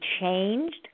changed